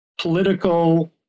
political